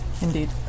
Indeed